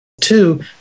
Two